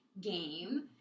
game